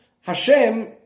Hashem